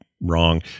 Wrong